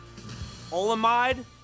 Olamide